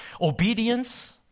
Obedience